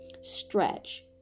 Stretch